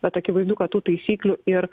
bet akivaizdu kad tų taisyklių ir